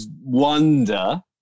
wonder